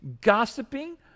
gossiping